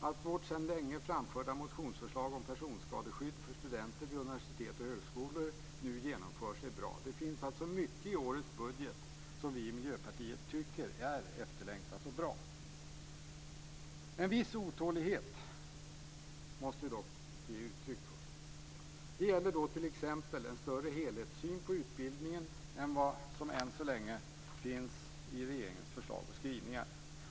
Att vårt sedan länge framförda motionsförslag om personskadeskydd för studenter vid universitet och högskolor nu genomförs är bra. Det finns alltså mycket i årets budget som vi i Miljöpartiet tycker är efterlängtat och bra. En viss otålighet måste vi dock ge uttryck för. Det gäller t.ex. en större helhetssyn på utbildningen än vad som än så länge finns i regeringens förslag och skrivningar.